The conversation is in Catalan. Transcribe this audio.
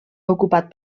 ocupat